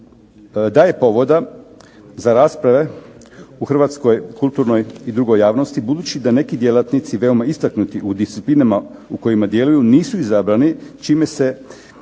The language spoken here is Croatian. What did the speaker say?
daje povoda za rasprave u hrvatskoj kulturnoj i drugoj javnosti, budući da neki djelatnici, veoma istaknuti u disciplinama u kojima djeluju nisu izabrani, čime se